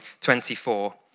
24